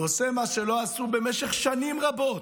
ועושה מה שלא עשו במשך שנים רבות,